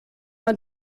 man